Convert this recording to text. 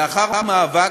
לאחר מאבק,